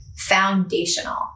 Foundational